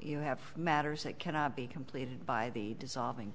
you have matters that cannot be completed by the dissolving